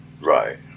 Right